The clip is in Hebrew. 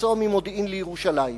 לנסוע ממודיעין לירושלים.